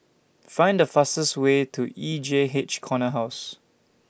Find The fastest Way to E J H Corner House